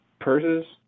Purses